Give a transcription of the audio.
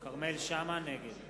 (קורא בשמות חברי הכנסת) כרמל שאמה, נגד.